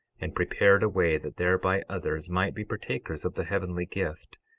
and prepared a way that thereby others might be partakers of the heavenly gift,